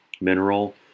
mineral